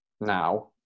now